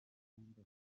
mihanda